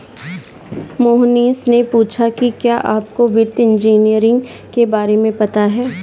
मोहनीश ने पूछा कि क्या आपको वित्तीय इंजीनियरिंग के बारे में पता है?